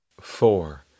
Four